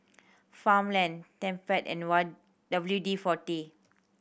Farmland Tempt and what W D Forty